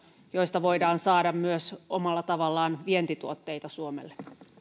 joista voidaan saada myös omalla tavallaan vientituotteita suomelle